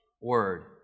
word